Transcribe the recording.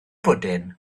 bwdin